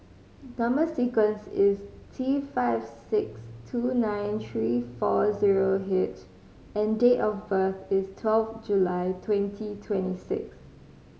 number sequence is T five six two nine three four zero H and date of birth is twelve July twenty twenty six